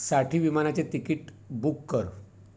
साठी विमानाचे तिकीट बुक कर